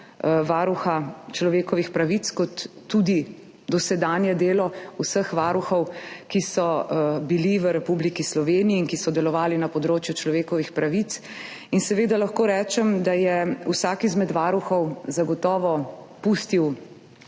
Varuha človekovih pravic kot tudi dosedanje delo vseh varuhov, ki so bili v Republiki Sloveniji in ki so delovali na področju človekovih pravic. Lahko rečem, da je vsak izmed varuhov zagotovo pustil